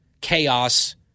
chaos